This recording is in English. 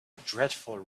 dreadful